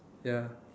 ya